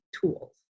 tools